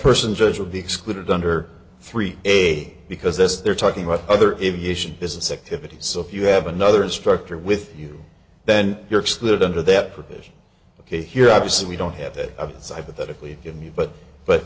person judge will be excluded under three day because this they're talking about other evasion business activity so if you have another instructor with you then you're excluded under that provision ok here obviously we don't have that side of that if we give me but but